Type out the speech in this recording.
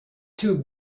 two